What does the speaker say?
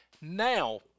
now